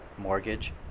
mortgage